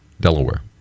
Delaware